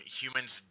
humans